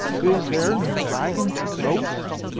is there no dragon to roast?